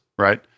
Right